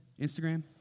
Instagram